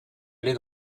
aller